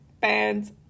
fans